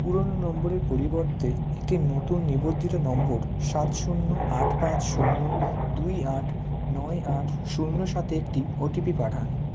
পুরোনো নম্বরের পরিবর্তে একটি নতুন নিবন্ধিত নম্বর সাত শূন্য আট পাঁচ শূন্য দুই আট নয় আট শূন্য সাতে একটি ওটিপি পাঠান